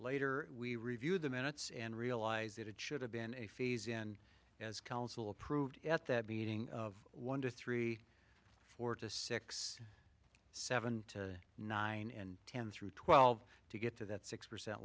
later we reviewed the minutes and realized that it should have been a phase in as council approved at that meeting of one to three four to six seven to nine and ten through twelve to get to that six percent